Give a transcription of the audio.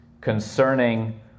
concerning